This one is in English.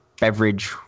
beverage